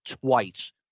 twice